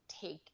take